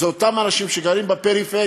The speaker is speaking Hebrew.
זה אותם אנשים שגרים בפריפריה,